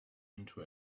into